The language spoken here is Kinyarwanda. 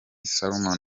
salomon